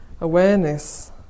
awareness